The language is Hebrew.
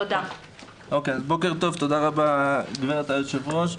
תודה רבה גברתי היושבת-ראש.